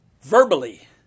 verbally